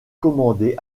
commandée